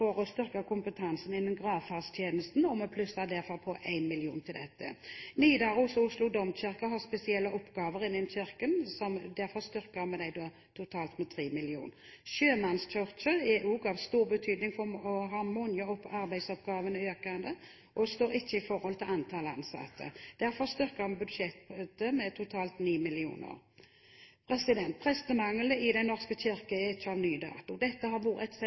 å styrke kompetansen innenfor gravferdstjenesten, og vi plusser derfor på 1 mill. kr til dette. Nidaros Domkirke og Oslo Domkirke har spesielle oppgaver innenfor Kirken. Derfor styrker vi dem med totalt 3 mill. kr. Sjømannskirken er også av stor betydning for mange, og arbeidsoppgavene, som er økende, står ikke i forhold til antall ansatte. Derfor styrker vi budsjettet med totalt 9 mill. kr. Prestemangelen i Den norske kirke er ikke av ny dato. Dette har vært et